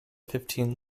fifteen